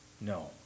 no